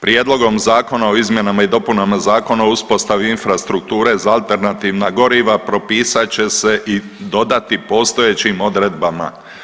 Prijedlogom zakona o izmjenama i dopunama Zakona o uspostavi infrastrukture za alternativna goriva propisat će se i dodati postojećim odredbama.